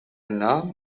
nahm